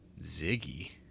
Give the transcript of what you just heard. Ziggy